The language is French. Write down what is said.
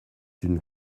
une